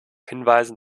hinweisen